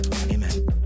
Amen